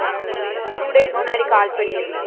ஆ two days முன்னாடி call பண்ணிடுங்க